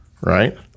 right